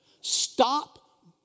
Stop